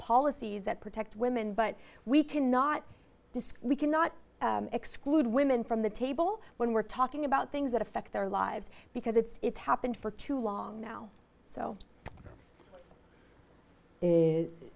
policies that protect women but we cannot discuss cannot exclude women from the table when we're talking about things that affect their lives because it's happened for too long now so is